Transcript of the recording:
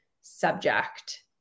subject